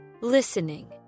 Listening